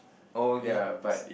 oh okay s~